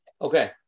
Okay